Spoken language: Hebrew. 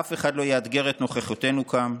אף אחד לא יאתגר את נוכחותנו כאן,